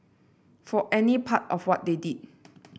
for any part of what they did